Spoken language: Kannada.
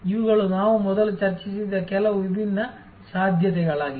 ಇವುಗಳು ನಾವು ಮೊದಲು ಚರ್ಚಿಸಿದ ಕೆಲವು ವಿಭಿನ್ನ ಸಾಧ್ಯತೆಗಳಾಗಿವೆ